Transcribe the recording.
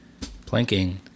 Planking